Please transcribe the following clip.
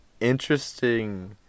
interesting